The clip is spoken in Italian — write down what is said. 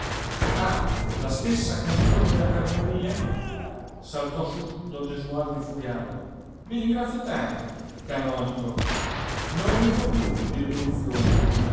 ah la stessa canzone della carboneria saltò su don gesualdo infuriato i ringrazio tanto canonico non ne fo più di rivoluzioni